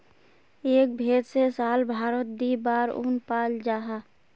एक भेर से साल भारोत दी बार उन पाल जाहा